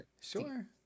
sure